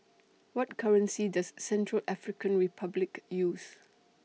What currency Does Central African Republic use